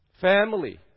Family